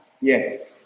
Yes